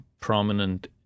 prominent